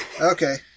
Okay